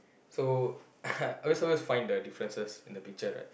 so are we supposed to find the differences in the picture right